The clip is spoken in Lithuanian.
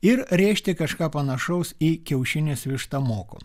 ir rėžti kažką panašaus į kiaušinis vištą moko